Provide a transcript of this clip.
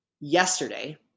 yesterday